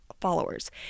followers